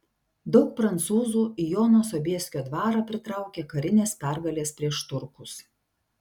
daug prancūzų į jono sobieskio dvarą pritraukė karinės pergalės prieš turkus